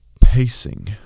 pacing